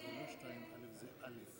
ההסתייגות (2) לחלופין (א)